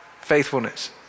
faithfulness